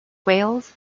whales